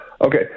okay